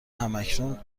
هماکنون